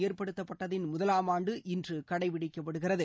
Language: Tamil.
தேசிய ஏற்படுத்தப்பட்டதின் முதலாமாண்டு இன்று கடைபிடிக்கப்படுகிறது